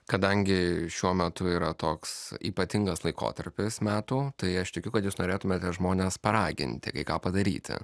kadangi šiuo metu yra toks ypatingas laikotarpis metų tai aš tikiu kad jūs norėtumėte žmones paraginti kai ką padaryti